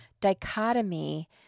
dichotomy